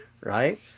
right